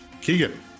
Keegan